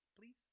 Please